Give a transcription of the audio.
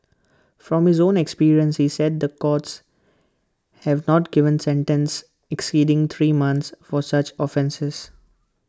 from his own experience he said the courts have not given sentences exceeding three months for such offences